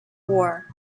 war